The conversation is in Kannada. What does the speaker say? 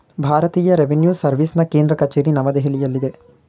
ಭಾರತೀಯ ರೆವಿನ್ಯೂ ಸರ್ವಿಸ್ನ ಕೇಂದ್ರ ಕಚೇರಿ ನವದೆಹಲಿಯಲ್ಲಿದೆ